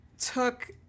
took